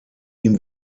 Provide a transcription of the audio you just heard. ihm